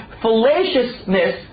fallaciousness